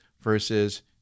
versus